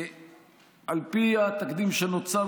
על פי התקדים שנוצר,